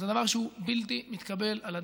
זה דבר שהוא בלתי מתקבל על הדעת,